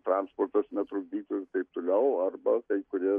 transportas netrukdytų ir taip toliau arba kai kurie